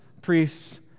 priests